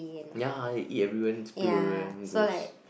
ya eat everywhere spill everywhere gross